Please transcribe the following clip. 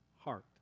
heart